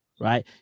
right